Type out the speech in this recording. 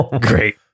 great